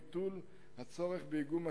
ביטול הצורך באיגום משאבים.